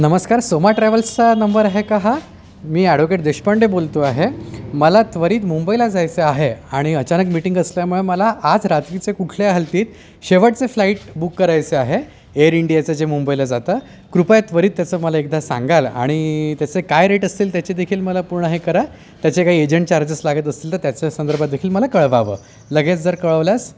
नमस्कार सोमा ट्रॅव्हल्सचा नंबर आहे का हा मी ॲडोकेट देशपांडे बोलतो आहे मला त्ववरित मुंबईला जायचं आहे आणि अचानक मिटिंग असल्यामुळे मला आज रात्रीचे कुठल्या हालतीत शेवटचे फ्लाईट बुक करायचे आहे एअर इंडियाचं जे मुंबईला जातं कृपया त्वरित त्याचं मला एकदा सांगाल आणि त्याचे काय रेट असतील त्याचे देखील मला पूर्ण हे करा त्याचे काही एजंट चार्जेस लागत असतील तर त्याच्या संदर्भातदेखील मला कळवावं लगेच जर कळवल्यास